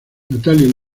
natalie